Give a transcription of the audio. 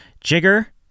Jigger